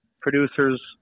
producers